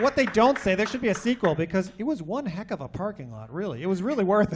what they don't say there should be a sequel because he was one heck of a parking lot really it was really worth